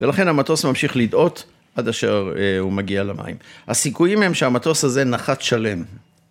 ‫ולכן המטוס ממשיך לדאות ‫עד אשר הוא מגיע למים. ‫הסיכויים הם שהמטוס הזה ‫נחת שלם.